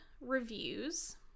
reviews